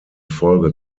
folge